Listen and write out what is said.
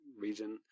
region